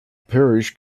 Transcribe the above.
parish